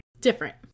Different